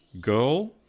girl